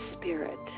spirit